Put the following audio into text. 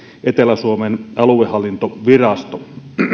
etelä suomen aluehallintovirasto